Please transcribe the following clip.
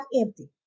empty